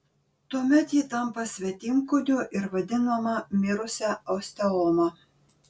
tuomet ji tampa svetimkūniu ir vadinama mirusia osteoma